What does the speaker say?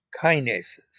kinases